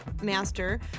master